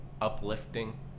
uplifting